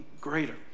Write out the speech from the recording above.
greater